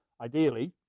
ideally